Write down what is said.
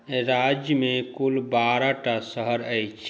राज्यमे कुल बारह टा शहर अछि